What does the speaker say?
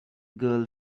girl